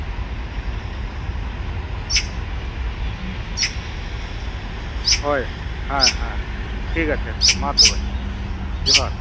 ᱦᱩᱸ ᱦᱳᱭ ᱦᱮᱸ ᱦᱮᱸ ᱴᱷᱤᱠᱟᱪᱷᱮ ᱟᱪᱪᱷᱮ ᱟᱪᱪᱷᱮ ᱢᱟ ᱛᱚᱵᱮ ᱡᱚᱦᱟᱨ